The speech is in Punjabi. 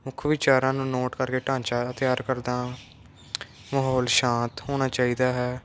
ਮੁੱਖ ਵਿਚਾਰਾਂ ਨੂੰ ਨੋਟ ਕਰਕੇ ਢਾਂਚਾ ਤਿਆਰ ਕਰਦਾ ਮਾਹੌਲ ਸ਼ਾਂਤ ਹੋਣਾ ਚਾਹੀਦਾ ਹੈ